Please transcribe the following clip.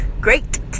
great